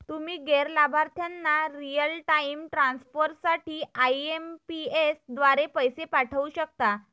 तुम्ही गैर लाभार्थ्यांना रिअल टाइम ट्रान्सफर साठी आई.एम.पी.एस द्वारे पैसे पाठवू शकता